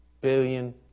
billion